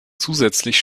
zusätzlich